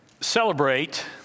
celebrate